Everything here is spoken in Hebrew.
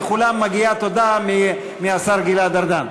לכולם מגיעה תודה מהשר גלעד ארדן.